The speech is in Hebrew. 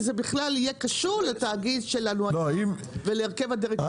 בלי שזה בכלל יהיה קשור לתאגיד שלנו ולהרכב הדירקטוריון.